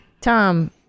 Tom